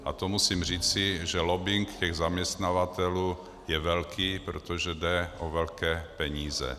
A to musím říci, že lobbing těch zaměstnavatelů je velký, protože jde o velké peníze.